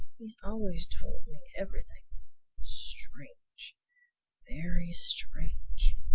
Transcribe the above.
he has always told me everything strange very strange!